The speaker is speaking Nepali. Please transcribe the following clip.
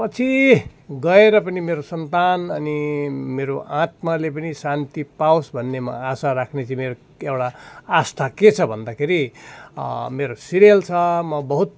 पछि गएर पनि मेरो सन्तान अनि मेरो आत्माले पनि शान्ति पावोस् भन्ने म आशा राख्ने चाहिँ मेरो एउटा आस्था के छ भन्दाखेरि मेरो सिरियल छ मो बहुत